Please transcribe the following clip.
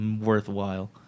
worthwhile